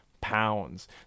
Pounds